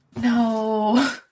No